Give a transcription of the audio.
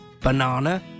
banana